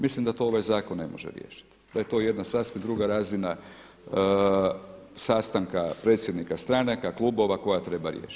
Mislim da to ovaj zakon ne može riješiti, da je to jedna sasvim druga razina sastanka predsjednika stranaka, klubova koja treba riješiti.